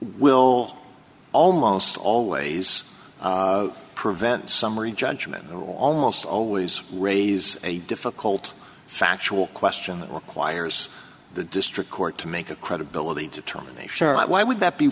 will almost always prevent summary judgment or almost always raise a difficult factual question that requires the district court to make a credibility determination but why would that be